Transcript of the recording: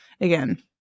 again